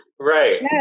Right